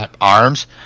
arms